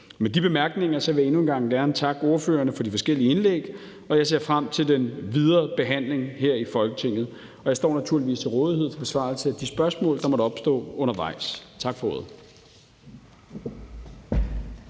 Med de bemærkninger vil jeg endnu en gang gerne takke ordførerne for de forskellige indlæg, og jeg ser frem til den videre behandling her i Folketinget. Jeg står naturligvis til rådighed for besvarelse af de spørgsmål, der måtte opstå undervejs. Tak for ordet.